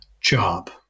job